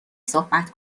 صحبت